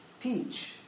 teach